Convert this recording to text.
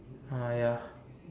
uh ya